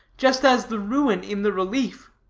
just as the ruin in the relief.